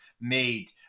made